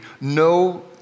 no